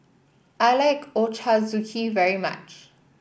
I like Ochazuke very much